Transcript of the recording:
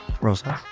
Rosas